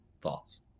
Thoughts